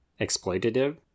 exploitative